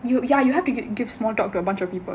you you you have to give small talks to a bunch of people